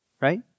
Right